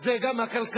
זה גם הכלכלה,